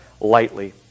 lightly